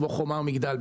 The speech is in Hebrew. כמו חומה ומגדל,